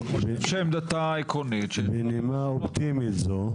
אז בנימה אופטימית זו,